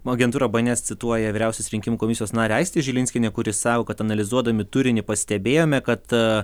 agentūra bns cituoja vyriausios rinkimų komisijos narę aistė žilinskienė kuri sako kad analizuodami turinį pastebėjome kad